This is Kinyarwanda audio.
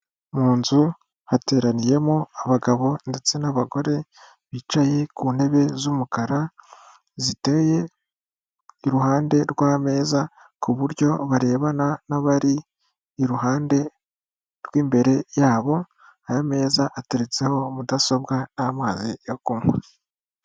Mu nzu hateraniyemo abagabo ndetse n'abagore bicaye ku ntebe z'umukara ziteye iruhande rw'ameza ku buryo barebana n'abari iruhande rw'imbere yabo. Ayo meza ateretseho mudasobwa n'amazi yo kunywa.